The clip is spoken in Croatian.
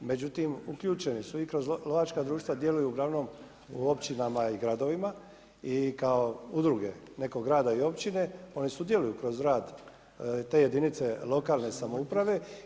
Međutim uključeni su i kroz lovačka društva djeluju uglavnom u općinama i gradovima i kao udruge nekog grada i općine, oni sudjeluju kroz rad te jedinice lokalne samouprave.